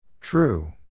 True